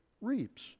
reaps